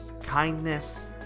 Kindness